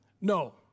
No